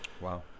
Wow